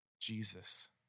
Jesus